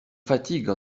fatigue